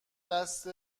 دست